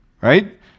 right